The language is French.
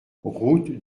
route